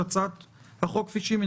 כי עדיין תצטרך לפי חוק-היסוד פרק זמן ארוך.